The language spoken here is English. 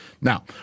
Now